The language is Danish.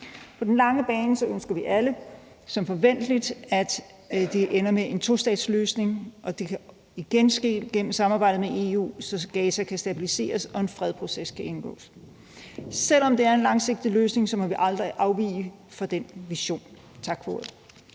På den lange bane ønsker vi alle, at det som forventeligt ender med en tostatsløsning, og det kan igen ske gennem samarbejdet med EU, så Gaza kan stabiliseres og en fredsproces kan indgås. Selv om det er en langsigtet løsning, må vi aldrig afvige fra den vision. Tak for ordet.